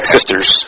Sisters